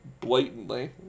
blatantly